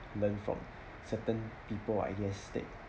learn from certain people I guess that